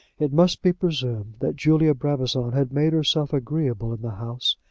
it must be presumed that julia brabazon had made herself agreeable in the house,